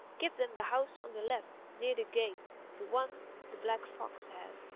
give them the house on the left, near the gate the one the black fox had.